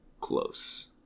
Close